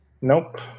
Nope